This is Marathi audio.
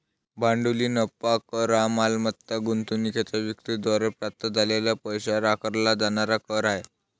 भांडवली नफा कर हा मालमत्ता गुंतवणूकीच्या विक्री द्वारे प्राप्त झालेल्या पैशावर आकारला जाणारा कर आहे